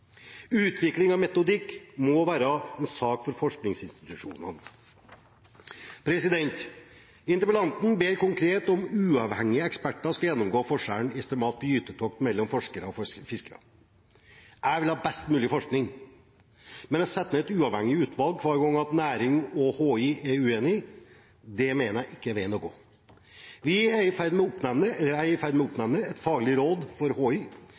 Utvikling av metodikk må være en sak for forskningsinstitusjonene. Interpellanten ber konkret om at uavhengige eksperter skal gjennomgå forskjellen i estimat etter gytetokt mellom forskere og fiskere. Jeg vil ha best mulig forskning, men å sette ned et uavhengig utvalg hver gang næring og HI er uenig, mener jeg ikke er veien å gå. Jeg er i ferd med å oppnevne et faglig råd for HI.